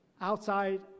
outside